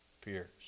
pierce